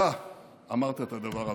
אתה אמרת את הדבר הבא,